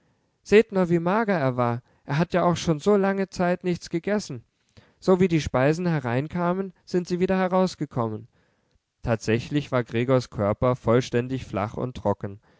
seht nur wie mager er war er hat ja auch schon so lange zeit nichts gegessen so wie die speisen hereinkamen sind sie wieder hinausgekommen tatsächlich war gregors körper vollständig flach und trocken